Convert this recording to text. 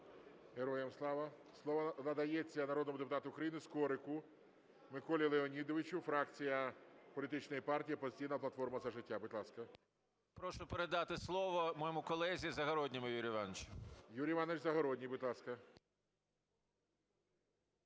Героям слава! Слово надається народному депутату України Скорику Миколі Леонідовичу, фракція політичної партії "Опозиційна платформа - За життя". Будь ласка. 14:40:30 СКОРИК М.Л. Прошу передати слово моєму колезі Загородньому Юрію Івановичу. ГОЛОВУЮЧИЙ. Юрій Іванович Загородній, будь ласка.